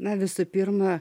na visų pirma